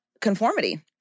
conformity